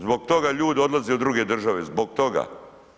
Zbog toga ljudi odlaze u druge države, zbog toga.